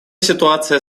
ситуация